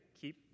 keep